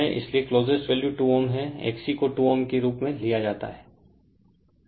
इसलिए closest value 2Ω है XC को 2Ω के रूप में लिया जाता है